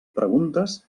preguntes